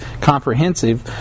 comprehensive